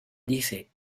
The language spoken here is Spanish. dice